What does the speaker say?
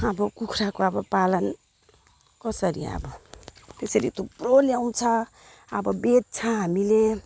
अब कुखुराको अब पालन कसरी अब त्यसरी थुप्रो ल्याउँछ अब बेच्छ हामीले